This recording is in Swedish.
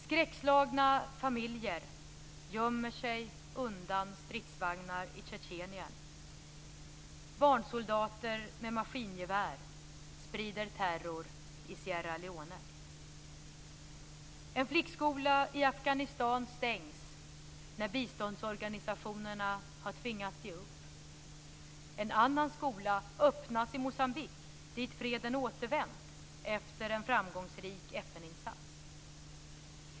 Skräckslagna familjer gömmer sig undan stridsvagnar i Tjetjenien. Barnsoldater med maskingevär sprider terror i Sierra Leone. En flickskola i Afghanistan stängs när biståndsorganisationerna tvingats ge upp. En annan skola öppnas i Moçambique dit freden återvänt efter en framgångsrik FN-insats.